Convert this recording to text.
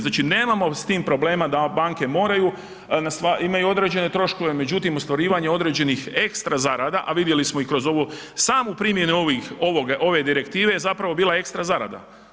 Znači nemamo s tim problema da banke moraju, imaju određene troškove, međutim, ostvarivanje određenih ekstra zarada, a vidjeli smo i kroz ovu samu primjenu ove direktive je zapravo bila ekstra zarada.